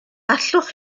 allwch